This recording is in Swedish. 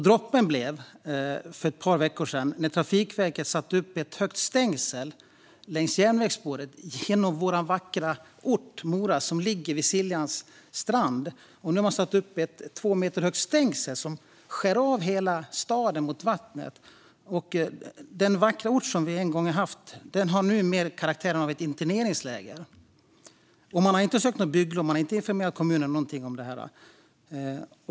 Droppen blev när Trafikverket för ett par veckor sedan satte upp ett högt stängsel längs järnvägsspåret genom vår vackra ort Mora, som ligger vid Siljans strand. Nu har man alltså satt upp ett två meter högt stängsel som skär av hela staden mot vattnet. Den vackra ort som vi en gång har haft har numera karaktären av ett interneringsläger. Man har inte sökt bygglov, och man har inte alls informerat kommunen om det här.